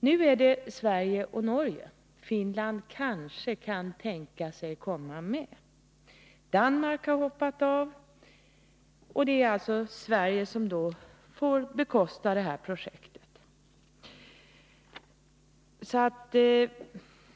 Nu gäller det Sverige och Norge. Finland kan kanske tänka sig komma med. Danmark har hoppat av, och det är alltså Sverige som får bekosta projektet.